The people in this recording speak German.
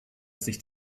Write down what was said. sich